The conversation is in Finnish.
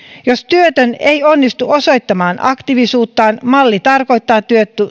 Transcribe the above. jos työtön ei onnistu osoittamaan aktiivisuuttaan malli tarkoittaa